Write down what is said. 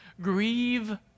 grieve